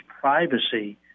privacy